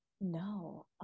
No